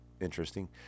interesting